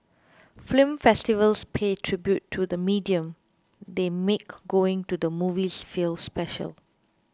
film festivals pay tribute to the medium they make going to the movies feel special